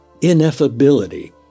ineffability